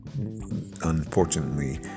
unfortunately